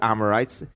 Amorites